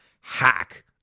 hack